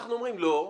אנחנו אומרים, לא.